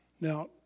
Now